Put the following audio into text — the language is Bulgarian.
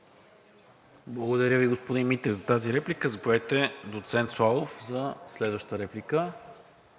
Благодаря Ви, господин Митев, за тази реплика. Заповядайте, доцент Славов, за следваща реплика.